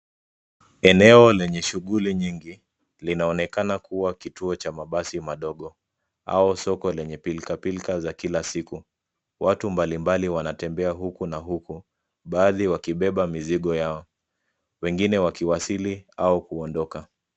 Eneo lenye shughuli nyingi linaonekana kuwa kituo cha mabasi madogo au soko lenye pilkapilka za kila siku. Watu mbalimbali wanatembea huku na huku, baadhi wakibeba mizigo yao, wengine wakiwasili au kuondoka.